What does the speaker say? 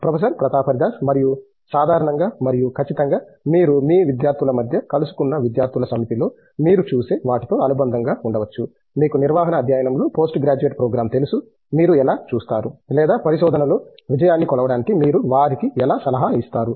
professor Pratap Haridas మరియు సాధారణంగా మరియు ఖచ్చితంగా మీరు మీ విద్యార్థుల మధ్య కలుసుకున్న విద్యార్థుల సమితిలో మీరు చూసే వాటితో అనుబంధంగా ఉండవచ్చు మీకు నిర్వహణ అధ్యయనంలో పోస్ట్ గ్రాడ్యుయేట్ ప్రోగ్రాం తెలుసు మీరు ఎలా చూస్తారు లేదా పరిశోధనలో విజయాన్ని కొలవడానికి మీరు వారికి ఎలా సలహా ఇస్తారు